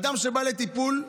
אדם שבא לטיפול,